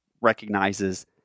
recognizes